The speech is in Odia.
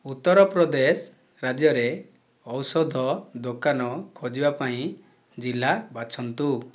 ଉତ୍ତରପ୍ରଦେଶ ରାଜ୍ୟରେ ଔଷଧ ଦୋକାନ ଖୋଜିବା ପାଇଁ ଜିଲ୍ଲା ବାଛନ୍ତୁ